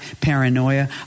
paranoia